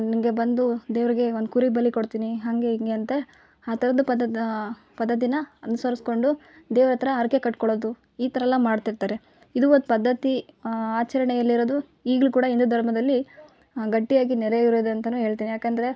ನಿನಗೆ ಬಂದು ದೇವರಿಗೆ ಒಂದು ಕುರಿ ಬಲಿ ಕೊಡ್ತೀನಿ ಹಾಗೆ ಹೀಗೆ ಅಂತ ಆ ಥರದ ಪದ್ಧತಿ ಪದ್ಧತಿನ ಅನುಸರಿಸ್ಕೊಂಡು ದೇವ್ರ ಹತ್ರ ಹರಕೆ ಕಟ್ಕೊಳ್ಳೋದು ಈ ಥರೆಲ್ಲಾ ಮಾಡ್ತಿರ್ತಾರೆ ಇದು ಒಂದು ಪದ್ಧತಿ ಆಚರಣೆಯಲ್ಲಿರೋದು ಈಗಲೂ ಕೂಡ ಹಿಂದೂ ಧರ್ಮದಲ್ಲಿ ಗಟ್ಟಿಯಾಗಿ ನೆಲೆಯೂರಿದೆ ಅಂತಾನು ಹೇಳ್ತೇನೆ ಯಾಕಂದರೆ